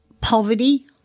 poverty